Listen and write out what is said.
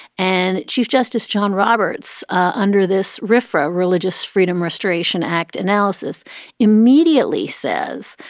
and chief justice john roberts, under this referrer, religious freedom restoration act analysis immediately says,